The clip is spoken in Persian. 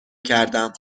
کردم